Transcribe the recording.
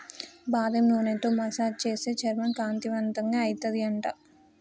బాదం నూనెతో మసాజ్ చేస్తే చర్మం కాంతివంతంగా అయితది అంట